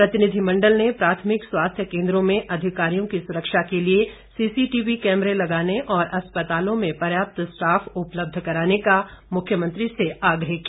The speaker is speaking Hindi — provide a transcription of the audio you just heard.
प्रतिनिधिमंडल ने प्राथमिक स्वास्थ्य कोन्द्रों में अधिकारियों की सुरक्षा के लिए सीसीटीवी कैमरे लगाने और अस्पतालों में पर्याप्त स्टाफ उपलब्ध कराने का मुख्यमंत्री से आग्रह किया